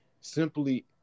simply